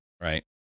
Right